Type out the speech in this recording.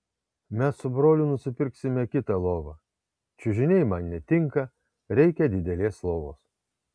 mes su broliu nusipirksime kitą lovą čiužiniai man netinka reikia didelės lovos